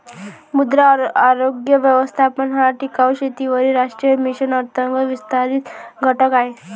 मृदा आरोग्य व्यवस्थापन हा टिकाऊ शेतीवरील राष्ट्रीय मिशन अंतर्गत विस्तारित घटक आहे